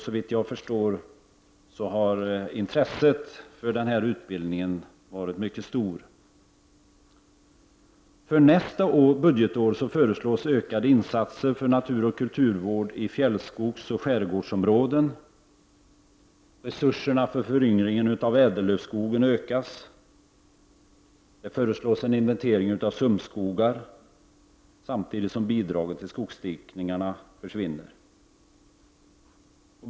Såvitt jag förstår har intresset för denna utbildning varit mycket stort. Inför nästa budgetår föreslås ökade insatser för naturoch kulturvård i fjällskogsoch skärgårdsområden. Resurserna för föryngringen av ädellövskogen ökas. Det föreslås en inventering av sumpskogar, samtidigt som bidraget till skogsdikningarna försvinner.